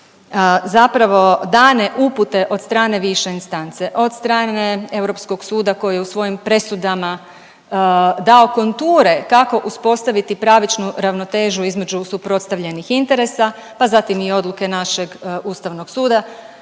zapravo dane upute od strane više instance, od strane Europskog suda koji je u svojim presudama dao konture kako uspostaviti pravičnu ravnotežu između suprotstavljenih interesa, pa zatim i odluke našeg Ustavnog suda.